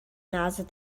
nase